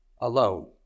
alone